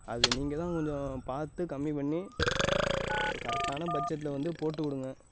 அது நீங்கள் தான் கொஞ்சம் பார்த்து கம்மி பண்ணி ஒரு கரெக்டான பட்ஜெட்டில் வந்து போட்டு கொடுங்க